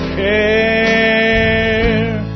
care